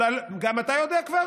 גם אתה יודע כבר?